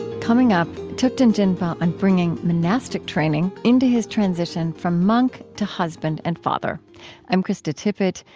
coming up, thupten jinpa on bringing monastic training into his transition from monk to husband and father i'm krista tippett.